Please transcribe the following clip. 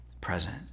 present